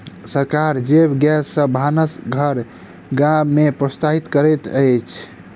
सरकार जैव गैस सॅ भानस घर गाम में प्रोत्साहित करैत अछि